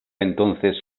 entonces